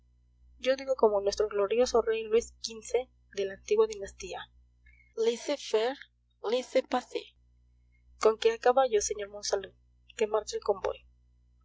yo digo como nuestro glorioso rey luis xv de la antigua dinastía laissez faire laissez passer con que a caballo sr monsalud que marcha el convoy